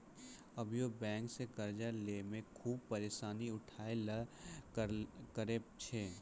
अभियो बेंक से कर्जा लेय मे खुभे परेसानी उठाय ले परै छै